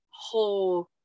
whole